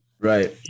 Right